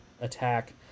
attack